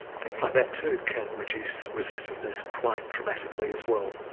things like that too can reduce resistiveness quite dramatically as well.